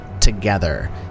together